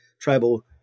tribal